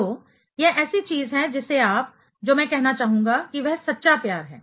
तो यह ऐसी चीज है जिसे आप जो मैं कहना चाहूंगा कि वह सच्चा प्यार है